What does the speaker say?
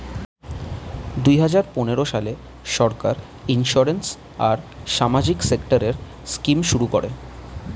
দুই হাজার পনেরো সালে সরকার ইন্সিওরেন্স আর সামাজিক সেক্টরের স্কিম শুরু করে